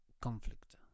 conflict